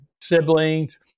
siblings